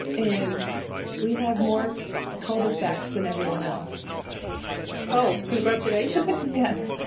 is we have more cul de sacs than everyone else oh, congratulations yes.